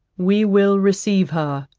we will receive her,